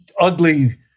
ugly